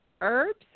herbs